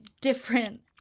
different